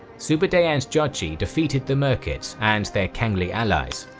sube'etei and jochi defeated the merkits and their qangli allies.